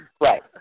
Right